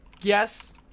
yes